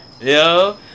yo